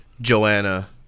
joanna